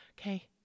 okay